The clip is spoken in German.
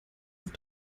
auf